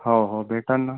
हो हो भेटंल ना